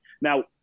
Now